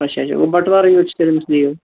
اچھا اچھا گوٚو بَٹہٕ وارے یوت چھِ تیٚلہِ أمِس لیٖو